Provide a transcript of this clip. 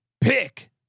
Pick